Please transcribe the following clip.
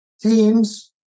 teams